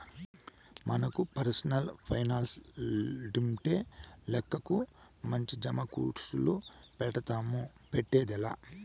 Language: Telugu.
మనకు పర్సనల్ పైనాన్సుండింటే లెక్కకు మించి జమాకర్సులు పెడ్తాము, పెట్టేదే లా